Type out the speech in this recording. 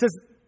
says